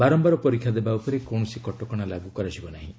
ବାରମ୍ଭାର ପରୀକ୍ଷା ଦେବା ଉପରେ କୌଣସି କଟକଣା ଲାଗୁ କରାଯିବ ନାହିଁ